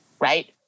right